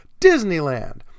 Disneyland